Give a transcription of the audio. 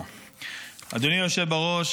אדוני היושב בראש,